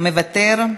מוותר,